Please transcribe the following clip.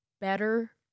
better